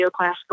neoclassical